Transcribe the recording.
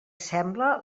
sembla